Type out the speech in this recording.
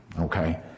Okay